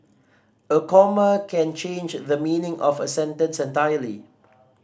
a comma can change the meaning of a sentence entirely